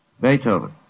Beethoven